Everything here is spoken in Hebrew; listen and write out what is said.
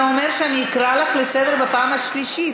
אני קוראת לך לסדר בפעם השנייה.